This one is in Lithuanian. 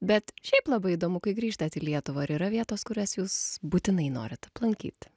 bet šiaip labai įdomu kai grįžtat į lietuvą ar yra vietos kurias jūs būtinai norit aplankyti